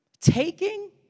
taking